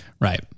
Right